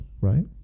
right